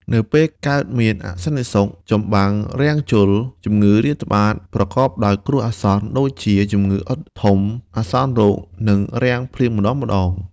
នៅពេលកើតមានអសន្តិសុខ ចម្បាំងរាំងជល ជំងឺរាតត្បាត ប្រកបដោយគ្រោះអាសន្នដូចជាជំងឺអុតធំ អាសន្នរោគ និងរាំងភ្លៀងម្ដងៗ។